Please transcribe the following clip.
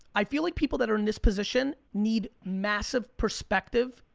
i feel like people that are in this position, need massive perspective,